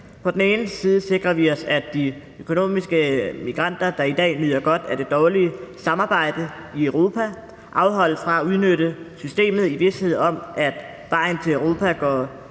For det første sikrer vi os, at de økonomiske migranter, der i dag nyder godt af det dårlige samarbejde i Europa, afholdes fra at udnytte systemet, i vished om at vejen til Europa går